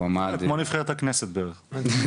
כמו נבחרת הכנסת בערך.